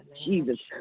Jesus